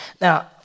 Now